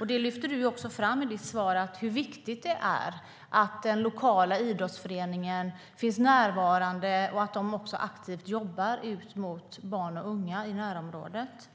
Ministern lyfter också fram i sitt svar hur viktigt det är att den lokala idrottsföreningen finns närvarande och också aktivt jobbar mot barn och unga i närområdet.